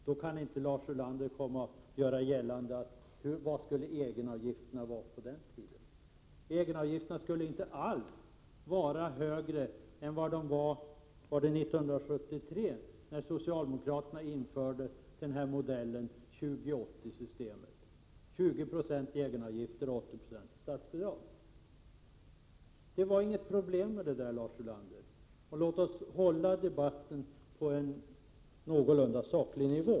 Då kan inte Lars Ulander fråga vad egenavgifterna skulle vara till på den tiden. De skulle inte alls vara högre än vad de var - jag tror det var 1973 — då socialdemokraterna införde 20/80-systemet, dvs. att 20 90 skulle vara egenavgifter och 80 0 statsbidrag. Det var inget problem med detta. Låt oss hålla debatten på en någorlunda saklig nivå!